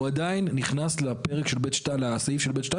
הוא עדיין נכנס לסעיף של (ב)(2),